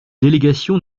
délégation